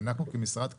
אנחנו כמשרד הכלכלה,